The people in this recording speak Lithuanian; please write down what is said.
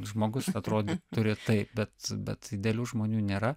žmogus atrodyt turi taip bet bet idealių žmonių nėra